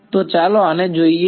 તો ચાલો આને જોઈએ